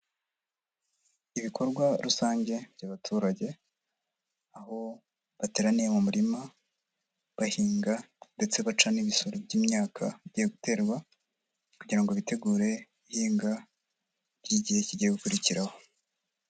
Ibikorwa rusange by'abaturage, aho bateraniye mu murima bahinga ndetse baca n'ibisoro by'imyaka igiye guterwa, kugira ngo bitegure ihinga ry'igihe kigiye gukurikiraho.